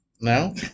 No